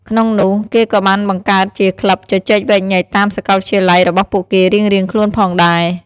ក្នុងនោះ គេក៏បានបង្កើតជាក្លឹបជជែកវែកញែកតាមសកលវិទ្យាល័យរបស់ពួកគេរៀងៗខ្លួនផងដែរ។